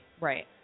Right